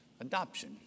Adoption